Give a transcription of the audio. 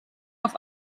auf